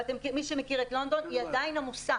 מי שמכיר את לונדון, היא עדיין עמוסה